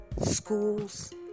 schools